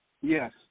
Yes